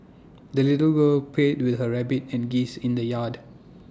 the little girl played with her rabbit and geese in the yard